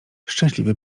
szczęśliwy